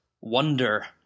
wonder